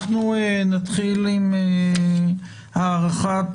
אנחנו נתחיל עם הארכת